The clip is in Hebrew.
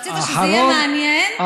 רצית שזה יהיה מעניין,